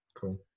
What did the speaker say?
Cool